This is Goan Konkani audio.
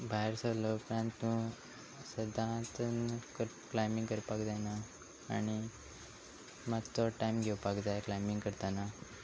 भायर सरलो उपरांत तूं सदांच कर क्लायमींग करपाक जायना आनी मातसो टायम घेवपाक जाय क्लायमींग करताना